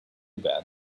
bad